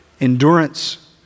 Endurance